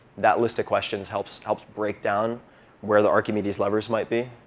that list of questions helps helps break down where the archimedes levers might be